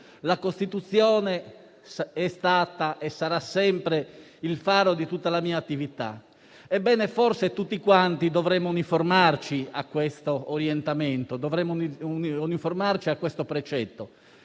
la Costituzione è stata e sarà sempre il faro di tutta la sua attività. Ebbene, forse tutti quanti dovremmo uniformarci a questo orientamento, a questo precetto.